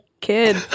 kid